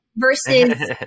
versus